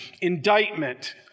indictment